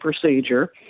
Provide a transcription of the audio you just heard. procedure